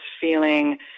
feeling